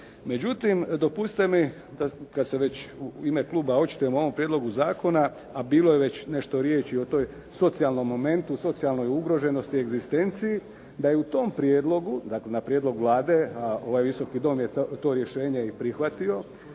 Međutim, dopustite mi kad se već u ime kluba očitujem o ovom prijedlogu zakona a bilo je već nešto riječi o tom socijalnom momentu, socijalnoj ugroženosti i egzistenciji da je u tom prijedlogu, dakle na prijedlog Vlade a ovaj Visoki dom je to rješenje i prihvatio,